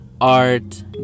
art